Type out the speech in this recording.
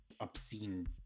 obscene